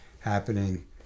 happening